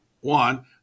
one